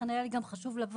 לכן גם היה לי חשוב לבוא.